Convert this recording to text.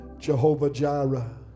Jehovah-Jireh